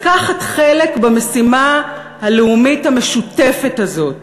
לקחת חלק במשימה הלאומית המשותפת הזאת